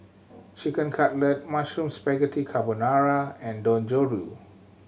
Chicken Cutlet Mushroom Spaghetti Carbonara and Dangojiru